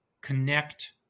connect